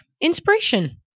inspiration